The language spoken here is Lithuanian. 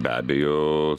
be abejo